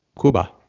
cuba